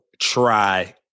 try